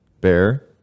Bear